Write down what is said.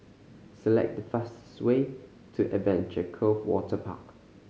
select the fastest way to Adventure Cove Waterpark